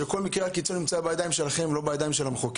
שכל מקרי הקיצון נמצא בידיים שלכם ולא בידי המחוקק